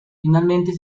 finalmente